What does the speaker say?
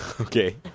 Okay